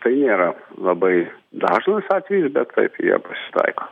tai nėra labai dažnas atvejis bet taip jie pasitaiko